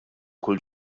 kull